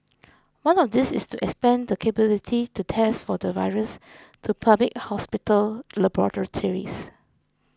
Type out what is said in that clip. one of these is to expand the capability to test for the virus to public hospital laboratories